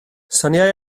soniai